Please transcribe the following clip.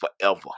forever